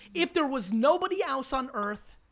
if there was nobody else on earth